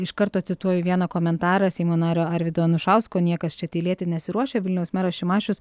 iš karto cituoju vieną komentarą seimo nario arvydo anušausko niekas čia tylėti nesiruošia vilniaus meras šimašius